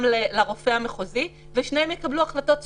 לרופא המחוזי ושניהם יקבלו החלטות סותרות.